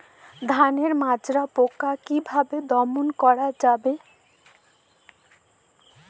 ধানের মাজরা পোকা কি ভাবে দমন করা যাবে?